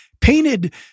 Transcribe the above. painted